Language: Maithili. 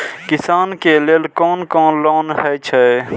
किसान के लेल कोन कोन लोन हे छे?